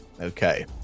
okay